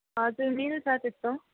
हजुर मिल्छ त्यस्तो